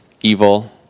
evil